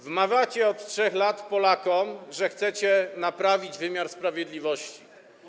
Wmawiacie od 3 lat Polakom, że chcecie naprawić wymiar sprawiedliwości.